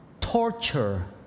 torture